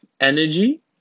energy